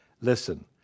listen